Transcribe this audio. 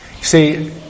See